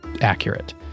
accurate